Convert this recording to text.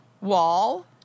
wall